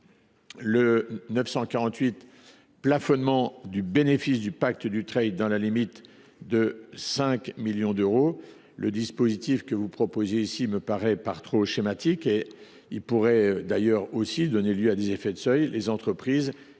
le plafonnement du bénéfice du pacte Dutreil dans la limite de 5 millions d’euros. Le dispositif me paraît trop schématique, et il pourrait d’ailleurs aussi donner lieu à des effets de seuil, les entreprises évitant